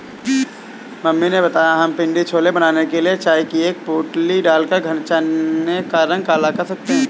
mummy ने बताया कि हम पिण्डी छोले बनाने के लिए चाय की एक पोटली डालकर चने का रंग काला कर सकते हैं